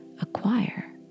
acquire